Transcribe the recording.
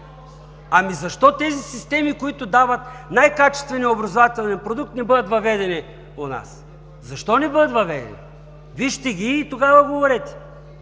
Защо тези системи, които дават най-качествения образователен продукт, не бъдат въведени у нас? Защо не бъдат въведени? Вижте ги, и тогава говорете.